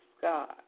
God